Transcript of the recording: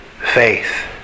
faith